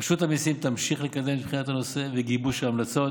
רשות המיסים תמשיך לקדם את בחינת הנושא וגיבוש ההמלצות,